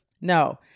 no